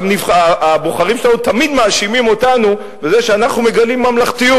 והבוחרים שלנו תמיד מאשימים אותנו בזה שאנחנו מגלים ממלכתיות: